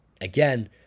again